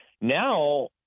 Now